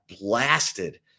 blasted